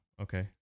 Okay